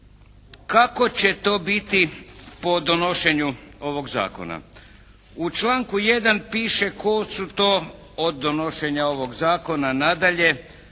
Kako će to biti po donošenju ovog zakona. U članku 1. piše tko su to od donošenja ovog zakona nadalje